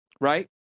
right